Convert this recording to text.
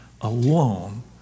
alone